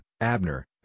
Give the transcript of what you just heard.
Abner